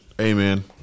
Amen